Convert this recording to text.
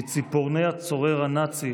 מציפורני הצורר הנאצי